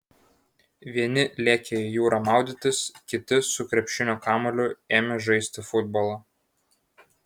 vieni lėkė į jūrą maudytis kiti su krepšinio kamuoliu ėmė žaisti futbolą